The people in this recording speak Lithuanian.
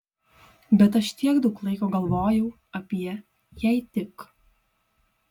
bet aš tiek daug laiko galvojau apie jei tik